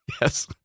Yes